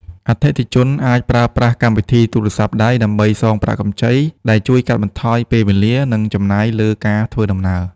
អតិថិជនអាចប្រើប្រាស់កម្មវិធីទូរស័ព្ទដៃដើម្បីសងប្រាក់កម្ចី ដែលជួយកាត់បន្ថយពេលវេលា និងចំណាយលើការធ្វើដំណើរ។